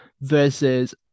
versus